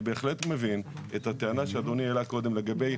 אני בהחלט מבין את הטענה שאדוני העלה קודם לגבי